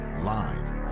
Live